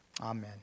Amen